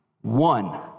one